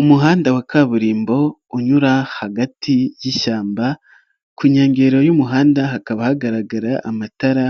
Umuhanda wa kaburimbo unyura hagati y'ishyamba ku nkengero y'umuhanda hakaba hagaragara amatara,